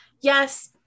Yes